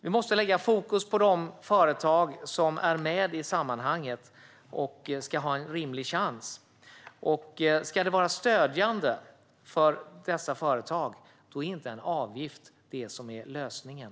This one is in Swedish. Vi måste lägga fokus på de företag som är med i sammanhanget och ska ha en rimlig chans. Ska det vara stödjande för dessa företag är det inte en avgift som är lösningen.